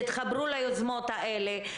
תתחברו ליוזמות האלה,